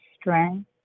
strength